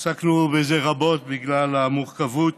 עסקנו בזה רבות, בגלל המורכבות,